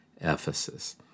Ephesus